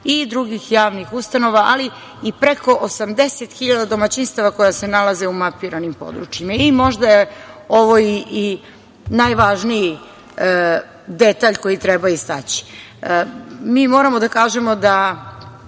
i drugih javnih ustanova, ali i preko 80 hiljada domaćinstava koja se nalaze u mapiranim područjima. Možda je ovo i najvažniji detalj koji treba istaći. Mi moramo da kažemo da